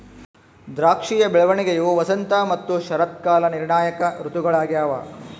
ದ್ರಾಕ್ಷಿಯ ಬೆಳವಣಿಗೆಯು ವಸಂತ ಮತ್ತು ಶರತ್ಕಾಲ ನಿರ್ಣಾಯಕ ಋತುಗಳಾಗ್ಯವ